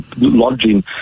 lodging